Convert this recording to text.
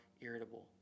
irritable